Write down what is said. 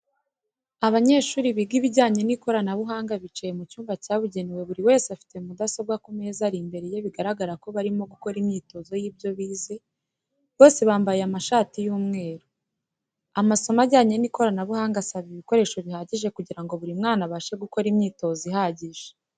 Abanyeshuri biga ibijyanye n'ikoranabuhanga bicaye mu cyumba cyabugenewe buri wese afite mudasobwa ku meza ari imbere ye bigaragara ko barimo gukora imyitozo y'ibyo bize, bose bambaye amashati y'umweru. Amasomo ajyanye n'ikoranabuhanga asaba ibikoreso bihagije kugirango buri mwana abashe gukora imyitozo ihagije.